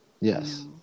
yes